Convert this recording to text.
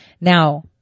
Now